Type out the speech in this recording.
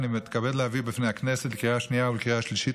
אני מתכבד להביא בפני הכנסת לקריאה שנייה ולקריאה שלישית